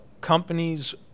companies